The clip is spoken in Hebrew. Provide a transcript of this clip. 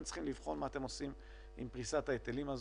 צריכים לבחון מה אתם עושים עם פריסת ההיטלים הזו.